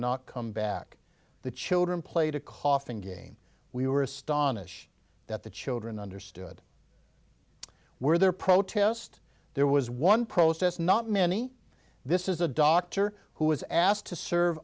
not come back the children played a coughing game we were astonished that the children understood where there protest there was one process not many this is a doctor who was asked to serve